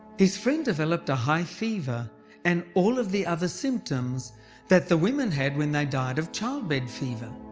his friend developed a high fever and all of the other symptoms that the women had when they died of childbed fever.